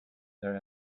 there